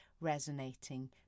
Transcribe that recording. resonating